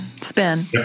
spin